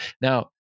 Now